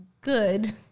good